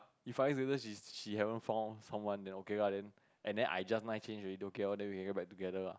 if five years later she she haven't found someone then okay lah then and I just nice change already then don't care lor then we can get back together lah